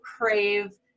crave